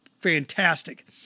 fantastic